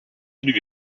élus